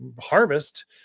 harvest